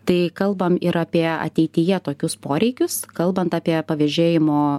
tai kalbam ir apie ateityje tokius poreikius kalbant apie pavėžėjimo